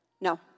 No